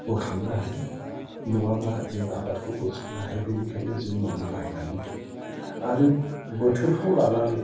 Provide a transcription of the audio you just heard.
बोखांनो हायो नङाब्ला जों आबादखौ बोखांनो हाया बिनिखायनो जों मुलि बाहायनानै जायो आरो बोथोरखौ लानानै